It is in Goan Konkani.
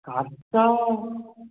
खास्सा